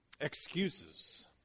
excuses